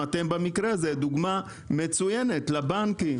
במקרה הזה אתם דוגמה מצוינת לבנקים,